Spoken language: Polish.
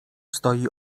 stoi